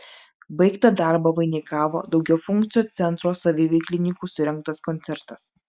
baigtą darbą vainikavo daugiafunkcio centro saviveiklininkų surengtas koncertas